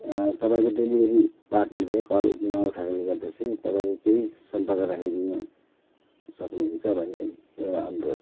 तपाईँको डेलिभरी पार्टनरले कल न उठाएकोले गर्दाखेरि चाहि तपाईँले केहि सम्पर्क राखीदिनु सक्नुहुन्छ भनी एउटा अनुरोध